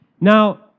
Now